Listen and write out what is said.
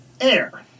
air